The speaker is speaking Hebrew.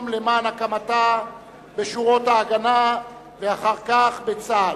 למען הקמתה בשורות "ההגנה" ואחר כך בצה"ל.